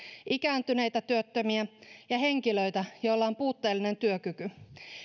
ikääntyneitä työttömiä ja henkilöitä joilla on puutteellinen työkyky